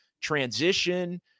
transition